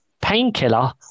Painkiller